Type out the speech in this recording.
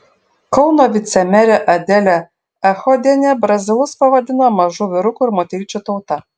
kauno vicemerė adelė echodienė brazilus pavadino mažų vyrukų ir moteryčių tauta